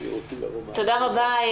תודה רבה.